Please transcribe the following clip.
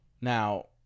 Now